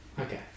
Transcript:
Okay